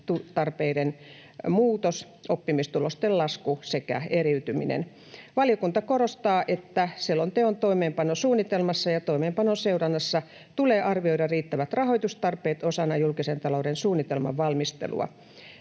osaamistarpeiden muutos, oppimistulosten lasku sekä eriytyminen. Valiokunta korostaa, että selonteon toimeenpanosuunnitelmassa ja toimeenpanoseurannassa tulee arvioida riittävät rahoitustarpeet osana julkisen talouden suunnitelman valmistelua.